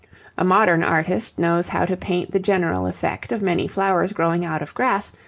a modern artist knows how to paint the general effect of many flowers growing out of grass,